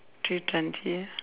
three countries